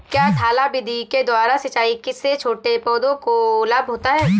क्या थाला विधि के द्वारा सिंचाई से छोटे पौधों को लाभ होता है?